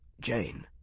Jane